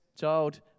child